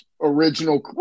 original